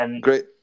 Great